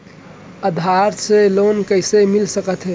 आधार से लोन कइसे मिलिस सकथे?